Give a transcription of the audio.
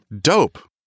Dope